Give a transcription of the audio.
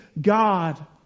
God